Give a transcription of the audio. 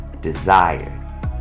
desire